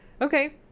okay